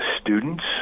students